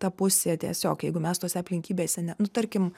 ta pusė tiesiog jeigu mes tose aplinkybėse ne nu tarkim